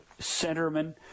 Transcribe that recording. centerman